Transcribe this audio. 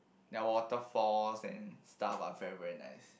their waterfalls and stuff are very very nice